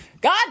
God